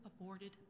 aborted